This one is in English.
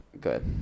Good